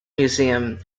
museum